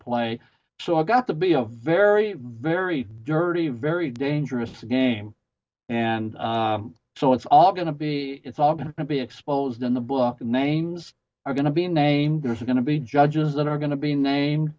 play so i got to be a very very dirty very dangerous game and so it's all going to be it's all going to be exposed in the book of names are going to be named there's going to be judges that are going to be named